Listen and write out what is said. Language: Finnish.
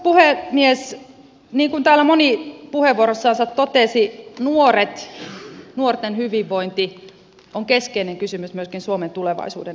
niin kuin täällä moni puheenvuorossansa totesi nuoret ja nuorten hyvinvointi on keskeinen kysymys myöskin suomen tulevaisuuden näkökulmasta